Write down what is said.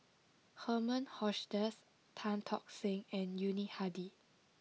Herman Hochstadt Tan Tock Seng and Yuni Hadi